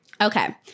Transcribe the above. okay